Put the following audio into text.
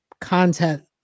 content